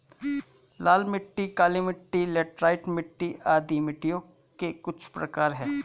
लाल मिट्टी, काली मिटटी, लैटराइट मिट्टी आदि मिट्टियों के कुछ प्रकार है